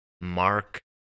Mark